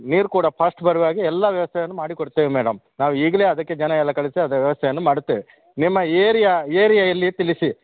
ನೀರು ಕೂಡ ಫಾಸ್ಟ್ ಬರುವ ಹಾಗೆ ಎಲ್ಲಾ ವ್ಯವಸ್ಥೆಯನ್ನು ಮಾಡಿ ಕೊಡ್ತೇವೆ ಮೇಡಮ್ ನಾವು ಈಗಲೇ ಅದಕ್ಕೆ ಜನ ಎಲ್ಲ ಕಳಿಸಿ ಅದು ವ್ಯವಸ್ಥೆಯನ್ನು ಮಾಡುತ್ತೇವೆ ನಿಮ್ಮ ಏರಿಯಾ ಏರಿಯಾ ಎಲ್ಲಿ ತಿಳಿಸಿ